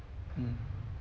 mm